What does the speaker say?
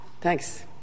Thanks